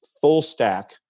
full-stack